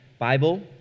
Bible